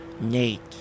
Nate